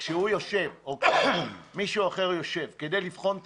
וכשהוא יושב או כשמישהו אחר יושב כדי לבחון את